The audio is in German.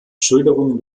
schilderungen